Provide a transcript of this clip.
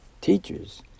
teachers